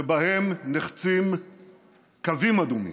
שבהם נחצים קווים אדומים.